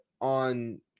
on